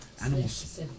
animals